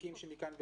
התיקים מכאן ולהבא.